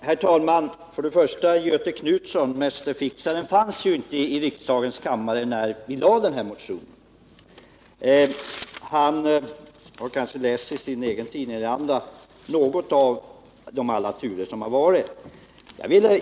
Herr talman! För det första, Göthe Knutson, fanns ju inte ”mästerfixaren” i riksdagen när den berörda motionen väcktes. Göthe Knutson har kanske ändå läst något om alla de turer som förekommit i detta ärende.